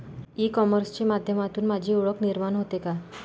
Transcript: E कॉमर्सच्या माध्यमातून माझी ओळख निर्माण होते का?